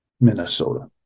Minnesota